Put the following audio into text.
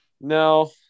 no